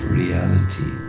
reality